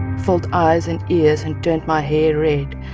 filled eyes and ears and turned my hair red,